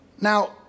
Now